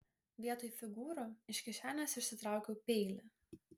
vietoj figūrų iš kišenės išsitraukiau peilį